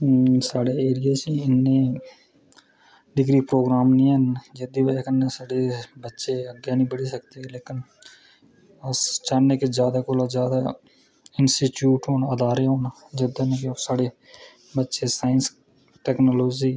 साढ़े एरिया च इन्ने प्रोग्राम निं हैन जेह्दी बजह कन्नै साढ़े बच्चे अग्गें निं पढ़ी सकदे लेकिन अस चाह्नें की जादा कोला जादा इंस्टीटच्यूट होने दा आधार केह् होना जिस दिन बी ओह् साढ़े साईंस ते टेक्नोलॉज़ी